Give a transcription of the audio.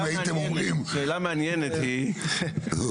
האם הייתם אומרים --- השאלה המעניינת היא --- אבל,